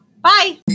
Bye